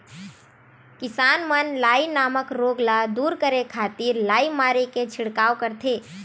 किसान मन लाई नामक रोग ल दूर करे खातिर लाई मारे के छिड़काव करथे